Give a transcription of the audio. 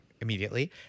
immediately